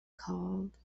called